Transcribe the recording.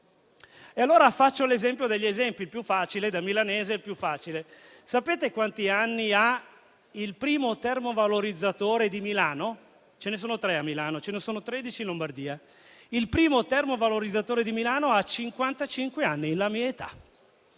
Allora, faccio l'esempio degli esempi, che per un milanese è il più facile: sapete quanti anni ha il primo termovalorizzatore di Milano? Ce ne sono tre a Milano e tredici in Lombardia: il primo termovalorizzatore di Milano ha cinquantacinque anni, la mia età.